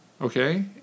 Okay